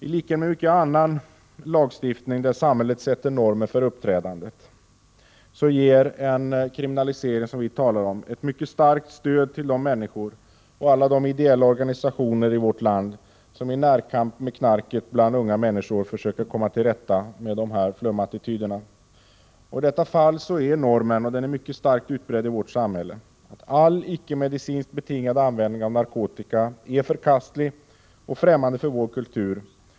Tlikhet med mycken annan lagstiftning, där samhället bör sätta normer för uppträdandet, ger en kriminalisering här ett mycket starkt stöd till de människor och ideella organisationer i vårt land som i närkamp med knarket bland ungdomar försöker komma till rätta med dessa flumattityder. I detta fall är normen — och den är mycket utbredd i vårt samhälle — att all icke-medicinskt betingad användning av narkotika är förkastlig och främmande för vår kultur.